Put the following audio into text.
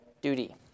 Duty